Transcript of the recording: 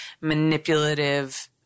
manipulative